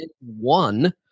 one